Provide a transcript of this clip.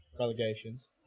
relegations